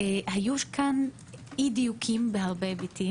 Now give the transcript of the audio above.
היו כאן אי דיוקים בהרבה היבטים.